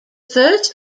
first